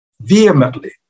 vehemently